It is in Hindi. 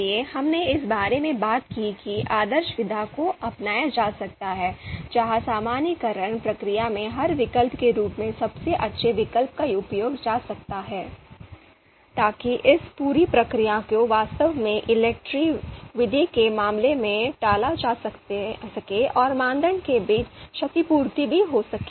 इसलिए हमने इस बारे में बात की कि आदर्श विधा को अपनाया जा सकता है जहाँ सामान्यीकरण प्रक्रिया में हर विकल्प के रूप में सबसे अच्छे विकल्प का उपयोग किया जा सकता है ताकि इस पूरी प्रक्रिया को वास्तव में ELECTRE विधि के मामले में टाला जा सके और मानदंड के बीच क्षतिपूर्ति भी हो सके